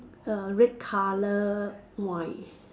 err red colour wine